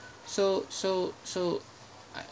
so so so I